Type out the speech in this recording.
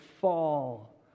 fall